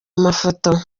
mafoto